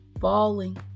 falling